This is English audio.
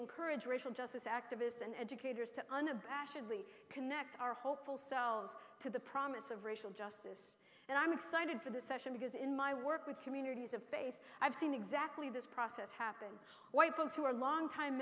encourage racial justice activists and educators to unabashedly connect our hopeful selves to the promise of racial justice and i'm excited for this session because in my work with communities of faith i've seen exactly this process happen white folks who are longtime